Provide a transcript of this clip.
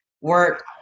work